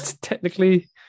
Technically